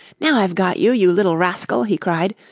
now i've got you, you little rascal! he cried,